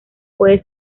puede